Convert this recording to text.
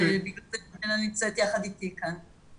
בגלל זה ירדנה נמצאת יחד איתי כאן.